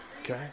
Okay